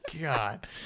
God